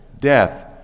Death